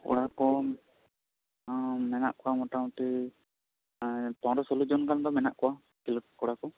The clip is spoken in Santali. ᱠᱚᱲᱟ ᱠᱚ ᱢᱮᱱᱟᱜ ᱠᱚᱣᱟ ᱢᱳᱴᱟ ᱢᱩᱴᱤ ᱢᱚᱱᱰᱨᱳ ᱥᱳᱞᱳ ᱡᱚᱱ ᱜᱟᱱ ᱫᱚ ᱢᱮᱱᱟᱜ ᱠᱚᱣᱟ ᱠᱷᱮᱞᱚᱜ ᱠᱚᱲᱟ ᱠᱚ